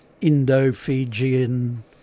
Indo-Fijian